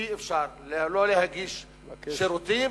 אי-אפשר לא להגיש שירותים,